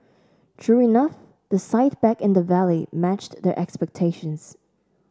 true enough the sight back in the valley matched their expectations